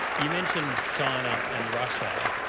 you mentioned china and russia.